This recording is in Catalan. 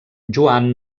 joan